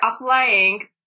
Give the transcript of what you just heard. applying